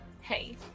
Hey